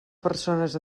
persones